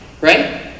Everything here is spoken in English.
Right